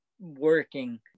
working